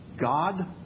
God